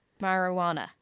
marijuana